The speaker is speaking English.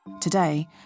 Today